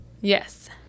Yes